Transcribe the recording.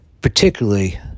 Particularly